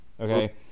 Okay